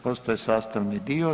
Postaje sastavni dio.